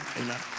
amen